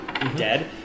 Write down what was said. dead